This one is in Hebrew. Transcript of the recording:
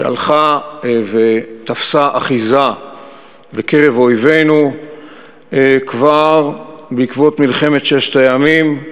שהלכה ותפסה אחיזה בקרב אויבינו כבר בעקבות מלחמת ששת הימים,